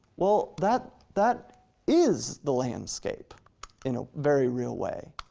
well, that that is the landscape in a very real way,